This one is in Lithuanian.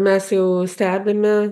mes jau stebime